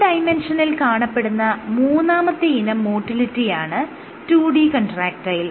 2D നിൽ കാണപ്പെടുന്ന മൂന്നാമത്തെ ഇനം മോട്ടിലിറ്റിയാണ് 2D കൺട്രാക്ടയിൽ